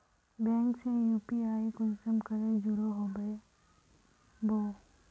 Bank से UPI कुंसम करे जुड़ो होबे बो?